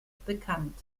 bekannt